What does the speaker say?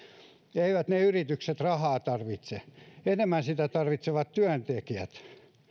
eivät ne yritykset rahaa tarvitse enemmän sitä tarvitsevat työntekijät